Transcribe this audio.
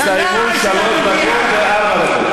הסתיימו שלוש דקות וארבע דקות,